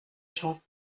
gens